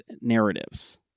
narratives